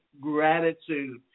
gratitude